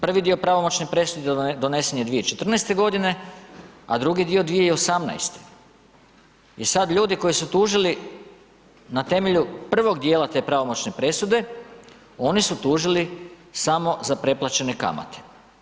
Prvi dio pravomoćne presude donesen je 2014. godine, a drugi dio 2018. i sad ljudi koji su tužili na temelju prvog dijela te pravomoćne presude oni su tužili samo za preplaćene kamate.